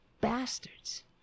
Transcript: bastards